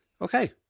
Okay